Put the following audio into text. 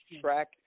track